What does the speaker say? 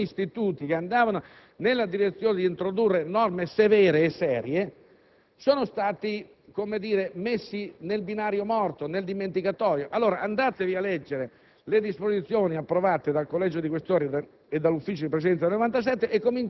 per il protagonismo della Camera alcuni istituti che andavano nella direzione di introdurre norme severe e serie sono stati messi sul binario morto, nel dimenticatoio. Andate a leggere le disposizioni approvate dal Collegio dei senatori